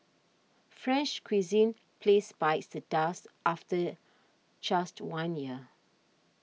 French cuisine place bites the dust after just one year